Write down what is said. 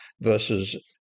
versus